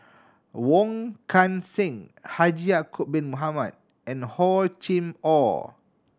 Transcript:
Wong Kan Seng Haji Ya'acob Bin Mohamed and Hor Chim Or